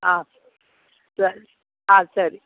ஆ சரி ஆ சரி